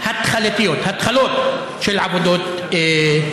בעצם בכל ערוץ אחר,